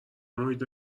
محیط